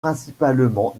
principalement